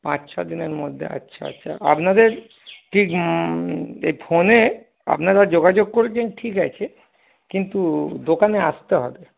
পাঁচ ছ দিনের মধ্যে আচ্ছা আচ্ছা আপনাদের ঠিক এই ফোনে আপনারা যোগাযোগ করেছেন ঠিক আছে কিন্তু দোকানে আসতে হবে